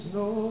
no